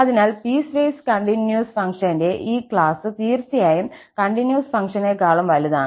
അതിനാൽ piecewise continuous ഫംഗ്ഷന്റെ ഈ ക്ലാസ് തീർച്ചയായും കണ്ടിന്യൂസ് ഫംഗ്ഷനേക്കാളും വലുതാണ്